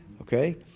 okay